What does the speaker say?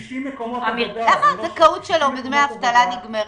איך הזכאות שלו לדמי אבטלה נגמרה?